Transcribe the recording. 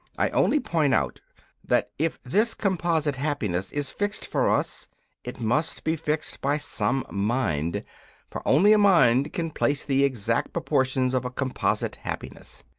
i only point out that if this composite happiness is fixed for us it must be fixed by some mind for only a mind can place the exact proportions of a composite happiness.